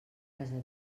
casa